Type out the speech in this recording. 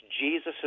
Jesus